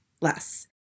less